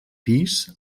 pis